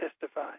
testify